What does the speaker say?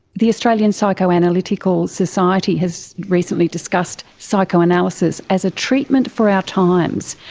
the australian psychoanalytical society has recently discussed psychoanalysis as a treatment for our times.